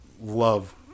love